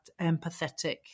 empathetic